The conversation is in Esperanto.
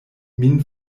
min